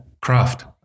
Craft